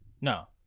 No